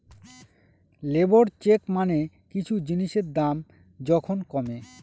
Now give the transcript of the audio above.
labour চেক মানে কিছু জিনিসের দাম যখন কমে